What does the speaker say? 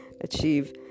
achieve